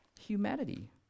humanity